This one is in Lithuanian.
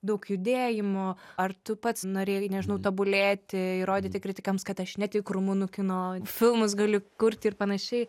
daug judėjimo ar tu pats norėjai nežinau tobulėti įrodyti kritikams kad aš ne tik rumunų kino filmus galiu kurti ir panašiai